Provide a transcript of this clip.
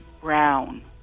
brown